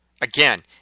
again